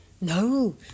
No